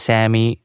Sammy